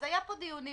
אז היו פה דיונים,